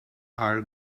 are